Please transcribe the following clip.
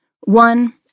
One